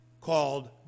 called